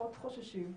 פחות חוששים,